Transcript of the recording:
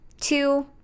Two